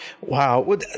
Wow